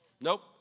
Nope